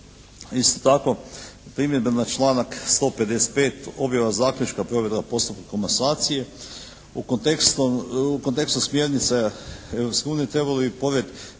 Isto tako, primjedbe na članak 155. objava zaključka provedba postupka komasacije u kontekstu smjernica Europske